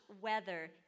Weather